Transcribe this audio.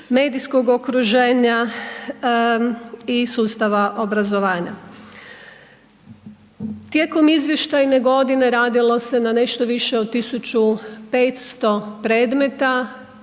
medijskog okruženja i sustava obrazovanja. Tijekom izvještajne godine radilo se na nešto više od 1500 predmeta,